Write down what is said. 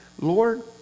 Lord